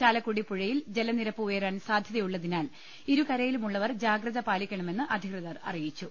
ചാലക്കുടി പുഴയിൽ ജലനിരപ്പ് ഉയരാൻ സാധ്യതയുള്ളതിനാൽ ഇരുകരയിലുമുള്ളവർ ജാഗ്രത പാ ലിക്കണമെന്ന് അധികൃതർ അറിയിച്ചു